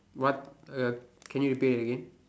what uh can you repeat that again